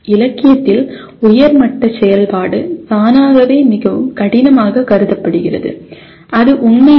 இலக்கியத்தில் உயர் மட்ட செயல்பாடு தானாகவே மிகவும் கடினமாக கருதப்படுகிறது அது உண்மை இல்லை